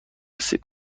سیب